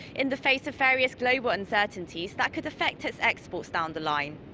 in the face of various global uncertainties that could affect its exports down the line.